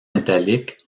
métalliques